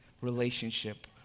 relationship